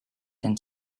and